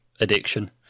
addiction